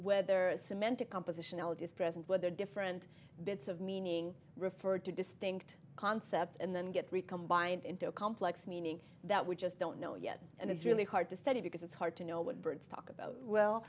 present whether different bits of meaning refer to distinct concepts and then get recombined into a complex meaning that we just don't know yet and it's really hard to study because it's hard to know what birds talk about well